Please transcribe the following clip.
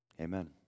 Amen